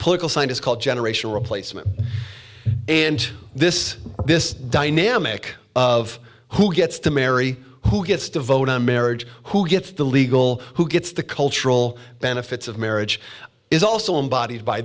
political scientists call generational replacement and this this dynamic of who gets to marry who gets to vote on marriage who gets the legal who gets the cultural benefits of marriage is also embodied by